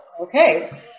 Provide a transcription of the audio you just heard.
Okay